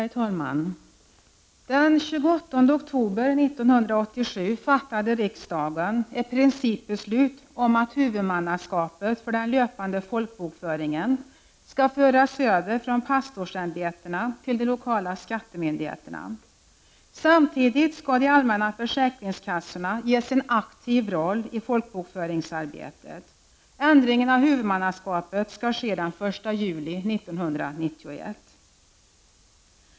Herr talman! Den 28 oktober 1987 fattade riksdagen ett principbeslut om att huvudmannaskapet för den löpande folkbokföringen skulle föras över från pastorsämbetena till de lokala skattemyndigheterna. Samtidigt skall de allmänna försäkringskassorna ges en aktiv roll i folkbokföringsarbetet. Ändringen av huvudmannaskap skall ske den 1 juli 1991.